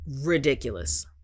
ridiculous